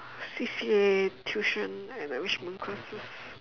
C_C_A tuition and enrichment classes